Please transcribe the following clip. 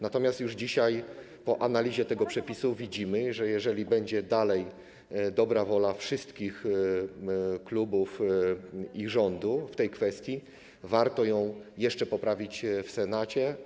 Natomiast już dzisiaj po analizie tego przepisu widzimy, że jeżeli dalej będzie dobra wola wszystkich klubów i rządu w tej kwestii, to warto to jeszcze poprawić w Senacie.